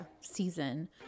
season